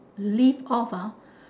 live off ah